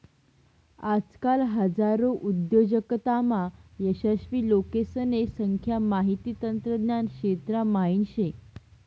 आजकाल हजारो उद्योजकतामा यशस्वी लोकेसने संख्या माहिती तंत्रज्ञान क्षेत्रा म्हाईन शे